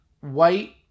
white